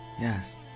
Yes